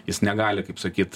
jis negali kaip sakyt